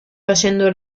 facendo